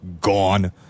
gone